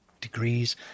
degrees